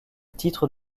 titre